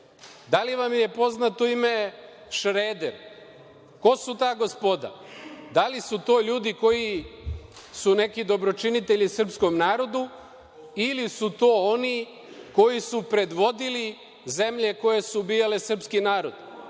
Da li vam je poznato ime Šreder? Ko su ta gospoda? Da li su to ljudi koji su neki dobročinitelji srpskom narodu ili su to oni koji su predvodili zemlje koje su ubijale srpski narod?